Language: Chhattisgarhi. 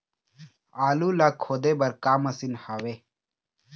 आलू ला खोदे बर का मशीन हावे?